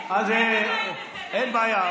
איך, אין בעיה.